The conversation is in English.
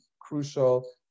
crucial